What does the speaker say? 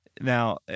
Now